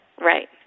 Right